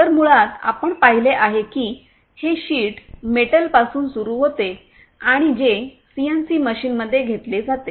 तर मुळात आपण पाहिले आहे की हे शीट मेटलपासून सुरू होते आणि जे सीएनसी मशीनमध्ये घेतले जाते